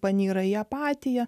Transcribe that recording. panyra į apatiją